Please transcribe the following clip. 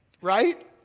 right